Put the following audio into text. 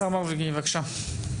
השר מרגי, בבקשה.